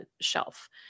shelf